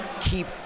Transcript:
keep